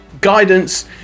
guidance